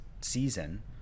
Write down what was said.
season